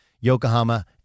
Yokohama